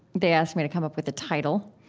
they asked me to come up with a title.